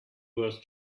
worth